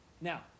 Now